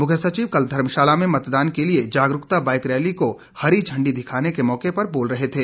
मुख्य सचिव कल धर्मशाला में मतदान के लिए जागरूकता बाईक रैली को हरी झण्डी दिखाने के मौके पर बोल रहे थे